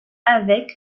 avec